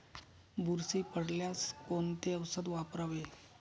बुरशी पडल्यास कोणते औषध वापरावे?